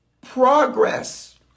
progress